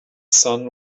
sun